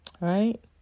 right